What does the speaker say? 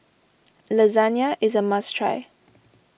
Lasagne is a must try